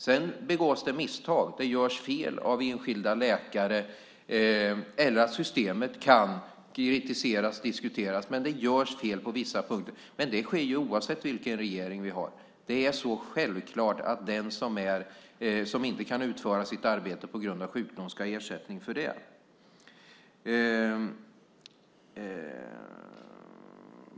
Sedan begås det misstag. Det görs fel av enskilda läkare, eller systemet kan diskuteras eller kritiseras. Det görs fel på vissa punkter. Men det sker oavsett vilken regering vi har. Det är självklart att den som inte kan utföra sitt arbete på grund av sjukdom ska ha ersättning för det.